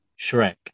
Shrek